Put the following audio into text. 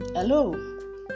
Hello